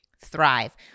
thrive